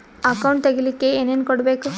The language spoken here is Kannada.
ಅಕೌಂಟ್ ತೆಗಿಲಿಕ್ಕೆ ಏನೇನು ಕೊಡಬೇಕು?